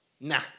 Nah